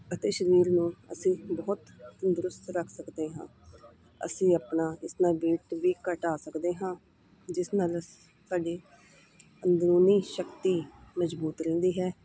ਅਤੇ ਸਰੀਰ ਨੂੰ ਅਸੀਂ ਬਹੁਤ ਤੰਦਰੁਸਤ ਰੱਖ ਸਕਦੇ ਹਾਂ ਅਸੀਂ ਆਪਣਾ ਇਸ ਨਾਲ ਵੇਟ ਵੀ ਘਟਾ ਸਕਦੇ ਹਾਂ ਜਿਸ ਨਾਲ ਸਾਡੀ ਅੰਦਰੂਨੀ ਸ਼ਕਤੀ ਮਜ਼ਬੂਤ ਰਹਿੰਦੀ ਹੈ